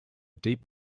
deep